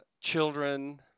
children